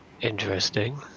interesting